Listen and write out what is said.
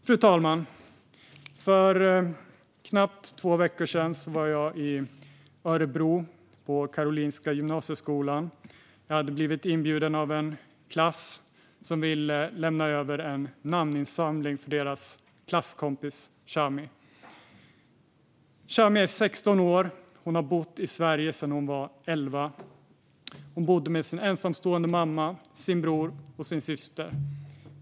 Fru talman! För knappt två veckor sedan var jag i Örebro på Karolinska gymnasiet. Jag hade blivit inbjuden av en klass som ville lämna över en namninsamling för sin klasskompis Shami. Shami är 16 år. Hon har bott i Sverige sedan hon var 11. Hon bodde med sin ensamstående mamma, bror och syster.